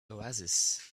oasis